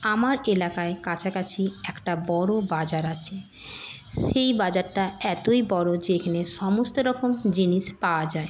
আমার এলাকায় কাছাকাছি একটা বড়ো বাজার আছে সেই বাজারটা এতোই বড়ো যেখেনে সমস্ত রকম জিনিস পাওয়া যায়